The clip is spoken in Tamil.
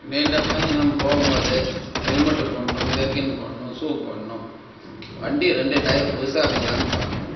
நீண்டப் பயணம் போம்போது ஹெல்மெட்டு போடணும் ஜெர்கின் போடணும் ஷூ போடணும் வண்டி ரெண்டு டயர் புதுசாக்குதான்னு பார்க்கணும்